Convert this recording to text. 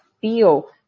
feel